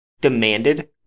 demanded